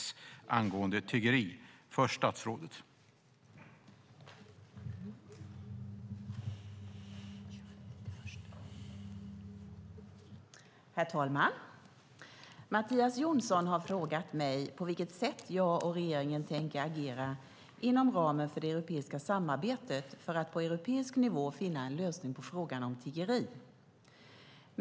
Herr talman! Mattias Jonsson har frågat mig på vilket sätt jag och regeringen tänker agera inom ramen för det europeiska samarbetet för att på europeisk nivå finna en lösning på frågan om tiggeri.